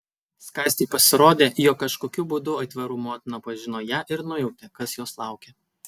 skaistei pasirodė jog kažkokiu būdu aitvarų motina pažino ją ir nujautė kas jos laukia